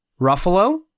Ruffalo